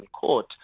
court